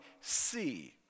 see